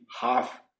half